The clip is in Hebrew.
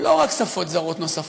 לא רק שפות זרות נוספות,